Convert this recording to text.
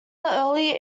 early